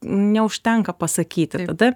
neužtenka pasakyti tada